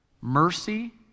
mercy